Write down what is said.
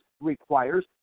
requires